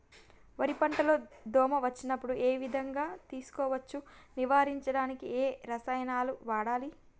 వరి పంట లో దోమ వచ్చినప్పుడు ఏ విధంగా తెలుసుకోవచ్చు? నివారించడానికి ఏ రసాయనాలు వాడాలి?